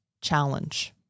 challenge